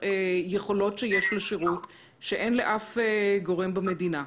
יכולות שיש לשירות שאין לאף גורם במדינה.